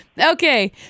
Okay